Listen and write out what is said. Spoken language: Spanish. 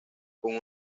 con